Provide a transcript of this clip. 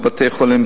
בבתי-חולים,